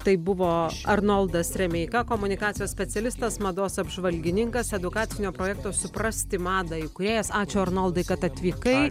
tai buvo arnoldas remeika komunikacijos specialistas mados apžvalgininkas edukacinio projekto suprasti madą įkūrėjas ačiū arnoldai kad atvykai